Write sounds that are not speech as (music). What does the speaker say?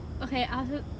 okay I was like (noise)